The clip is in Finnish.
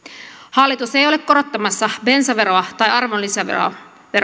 hallitus ei ei ole korottamassa bensaveroa tai arvonlisäveroa